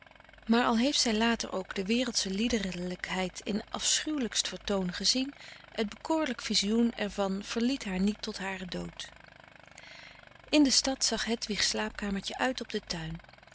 maar al heeft zij later ook de wereldsche liederlijkheid in afschuwelijkst vertoon gezien het bekoorlijk visioen er van verliet haar niet tot haren dood in de stad zag hedwigs slaapkamertje uit op den tuin